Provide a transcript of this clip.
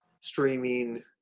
streaming